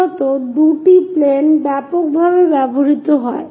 মূলত দুটি প্লেন ব্যাপকভাবে ব্যবহৃত হয়